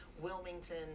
Wilmington